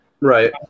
right